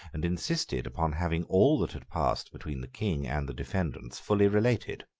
and insisted upon having all that had passed between the king and the defendants fully related.